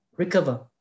Recover